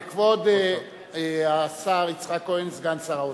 כבוד השר יצחק כהן, סגן שר האוצר.